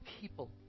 people